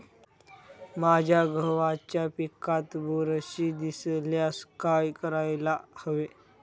माझ्या गव्हाच्या पिकात बुरशी दिसल्यास काय करायला हवे?